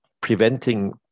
preventing